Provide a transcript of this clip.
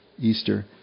Easter